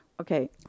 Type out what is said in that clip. Okay